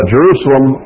Jerusalem